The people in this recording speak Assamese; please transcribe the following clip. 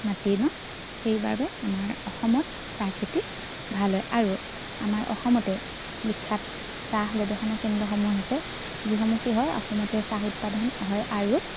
মাটি ন সেইবাবে আমাৰ অসমত চাহ খেতি ভাল হয় আৰু আমাৰ অসমতে বিখ্যাত চাহ গৱেষণা কেন্দ্ৰসমূহ আছে যিসমূহ কি হয় অসমতে চাহ উৎপাদন হয় আৰু